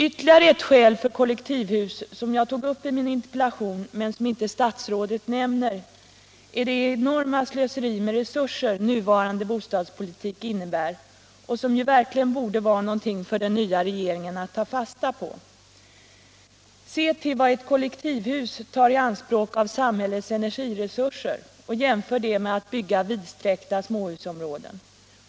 Ytterligare ett skäl för kollektivhus, som jag tog upp i min interpellation men som inte statsrådet nämner, är det enorma slöseri med resurser nuvarande bostadspolitik innebär, vilket verkligen borde vara något för den nya regeringen att ta fasta på. Se vad ett kollektivhus tar i anspråk av samhällets energiresurser och jämför detta med byggandet av vidsträckta småhusområden!